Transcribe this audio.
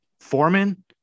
Foreman